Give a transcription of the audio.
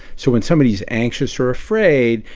so when somebody's anxious or afraid,